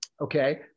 okay